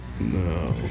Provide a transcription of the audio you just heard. No